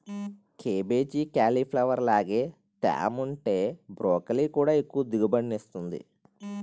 cabbage, cauliflower లాగే తేముంటే broccoli కూడా ఎక్కువ దిగుబడినిస్తుంది